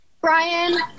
Brian